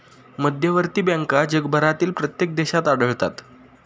मध्यवर्ती बँका जगभरातील प्रत्येक देशात आढळतात